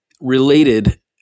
related